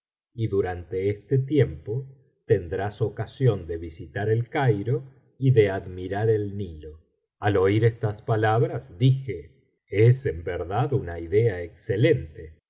y durante este tiempo tendrás ocasión de visitar el cairo y de admirar el nilo ai oír estas palabras dije es en verdad una idea excelente